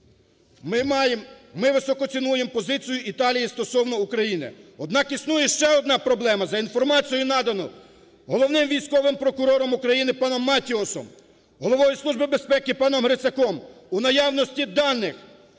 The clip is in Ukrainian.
ми високо цінуємо позицію Італії стосовно України, однак існує ще одна проблема. За інформацією, наданою Головний військовим прокурором України паном Матіосом, Головою Служби безпеки паном Грицаком у наявності даних